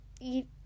eat